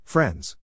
Friends